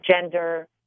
gender